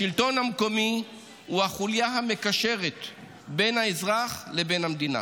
השלטון המקומי הוא החוליה המקשרת בין האזרח לבין המדינה,